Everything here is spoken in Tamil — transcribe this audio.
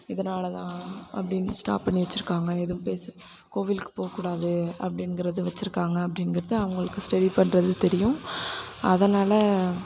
இதனாலதான் அப்படின்னு ஸ்டாப் பண்ணி வச்சுருக்காங்க எதுவும் பேச கோவிலுக்குப் போகக்கூடாது அப்படிங்குறது வச்சுருக்காங்க அப்படிங்குறது அவங்களுக்கு சரிபண்றது தெரியும் அதனால